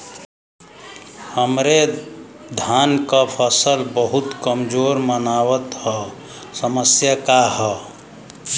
हमरे धान क फसल बहुत कमजोर मनावत ह समस्या का ह?